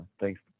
thanks